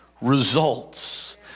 results